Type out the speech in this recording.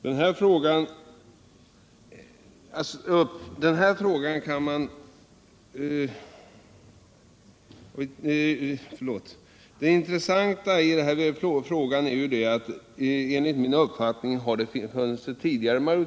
Det intressanta i den här frågan är att det vid tidigare tillfällen har funnits en majoritet i riksdagen för det förslag vi i dag behandlar.